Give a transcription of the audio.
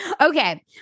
okay